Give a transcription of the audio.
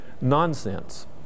nonsense